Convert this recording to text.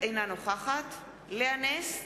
אינה נוכחת לאה נס,